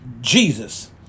Jesus